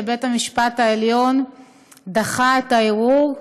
ובית-המשפט העליון דחה את הערעור.